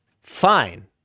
fine